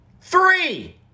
Three